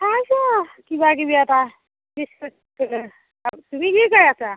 খাইছোঁ আ কিবা কিবি এটা বিচ পঁচিচ টকীয়া তুমি কি কৰি আছা